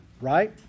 Right